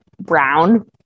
brown